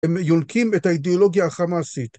הם יונקים את האידיאולוגיה החמאסית.